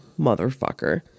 motherfucker